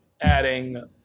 adding